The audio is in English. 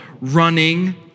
running